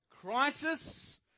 Crisis